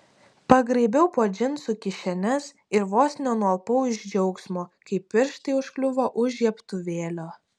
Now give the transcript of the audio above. pagraibiau po džinsų kišenes ir vos nenualpau iš džiaugsmo kai pirštai užkliuvo už žiebtuvėlio